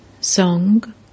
Song